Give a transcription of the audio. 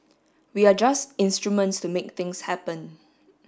we are just instruments to make things happen